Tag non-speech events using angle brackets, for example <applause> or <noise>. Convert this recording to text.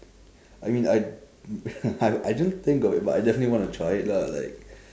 I mean I <laughs> I I don't think of it but I definitely want to try it lah like